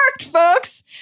folks